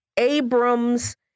Abrams